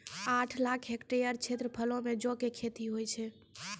आठ लाख हेक्टेयर क्षेत्रफलो मे जौ के खेती होय छै